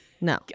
no